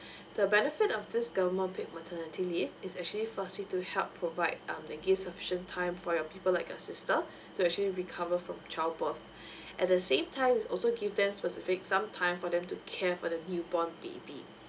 the benefit of this government paid maternity leave is actually firstly to help provide um and give sufficient time for your people like your sister to actually recover from child birth at the same time it also give them specific some time for them to care for the the newborn baby